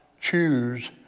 choose